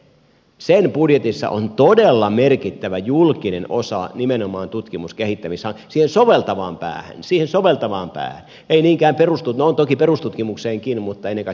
sen budjetissa on todella merkittävä julkinen osa nimenomaan tutkimus ja kehittämishankkeiden siihen soveltavaan päähän siihen soveltavaan päähän ei niinkään perustutkimukseen no on toki perustutkimukseenkin mutta ennen kaikkea tähän soveltavaan